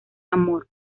amor